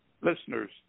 Listeners